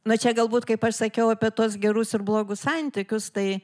na čia gal būt kaip aš sakiau apie tuos gerus ir blogus santykius tai